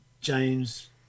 James